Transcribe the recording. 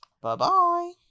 Bye-bye